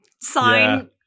sign